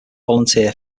volunteer